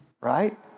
Right